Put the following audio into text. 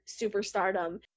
superstardom